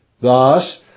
Thus